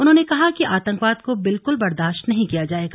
उन्होंने कहा कि आतंकवाद को बिल्कुल बरदाश्त नहीं किया जायेगा